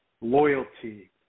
loyalty